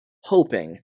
hoping